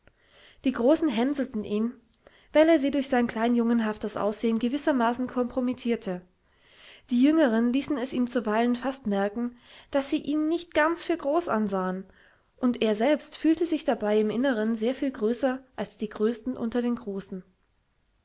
die großen hänselten ihn weil er sie durch sein kleinjungenhaftes aussehen gewissermaßen komprommittierte die jüngeren ließen es ihm zuweilen fast merken daß sie ihn nicht ganz für groß ansahen und er selbst fühlte sich dabei im inneren sehr viel größer als die größten unter den großen